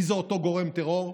מי זה אותו גורם טרור,